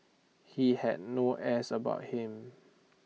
he had no airs about him